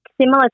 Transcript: similar